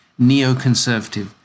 neoconservative